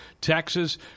Texas